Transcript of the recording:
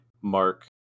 mark